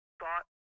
thought